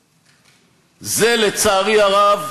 זה, לצערי הרב,